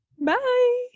Bye